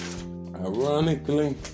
Ironically